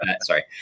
Sorry